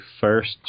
first